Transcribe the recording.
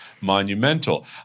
monumental